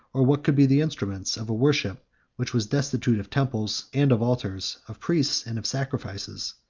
or what could be the instruments, of a worship which was destitute of temples and of altars, of priests and of sacrifices.